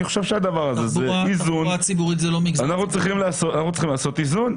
אנחנו צריכים לעשות איזון.